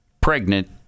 pregnant